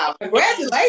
Congratulations